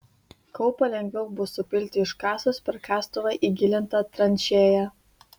kaupą lengviau bus supilti iškasus per kastuvą įgilintą tranšėją